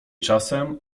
czasem